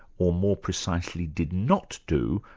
or more precisely did not do,